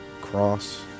cross